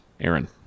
Aaron